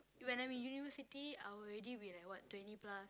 when I'm in university I will already be like what twenty plus